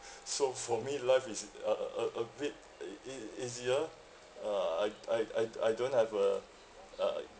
so for me life is a a a a bit e~ ea~ easier ah I I I I don't have a uh